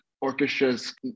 orchestras